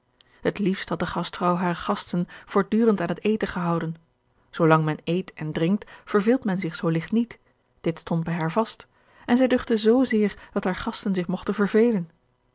het liefst had de gastvrouw hare gasten voortdurend aan het eten gehouden zoolang men eet en drinkt verveelt men zich zoo ligt niet dit stond bij haar vast en zij duchtte zoo zeer dat hare gasten zich mogten vervelen